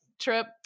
trip